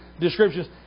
descriptions